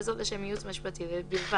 וזאת לשם ייעוץ משפטי בלבד,